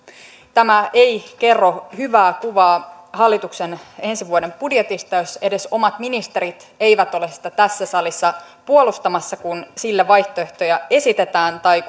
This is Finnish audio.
tämä ei kerro hyvää kuvaa hallituksen ensi vuoden budjetista jos edes omat ministerit eivät ole sitä tässä salissa puolustamassa kun sille vaihtoehtoja esitetään tai